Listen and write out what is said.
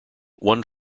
one